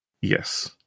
Yes